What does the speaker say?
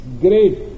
great